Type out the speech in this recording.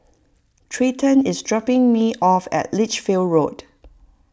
Treyton is dropping me off at Lichfield Road